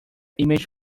image